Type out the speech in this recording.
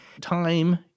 Time